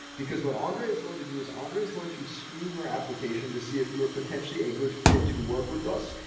because what andre is going to do is andre is going to screen your application to see if you are potentially a good fit to work with us.